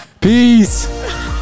peace